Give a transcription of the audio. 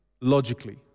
logically